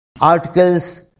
articles